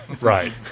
Right